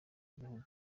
y’ibihugu